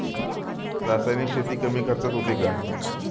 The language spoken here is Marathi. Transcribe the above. रासायनिक शेती कमी खर्चात होते का?